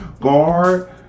Guard